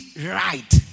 right